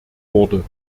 wurde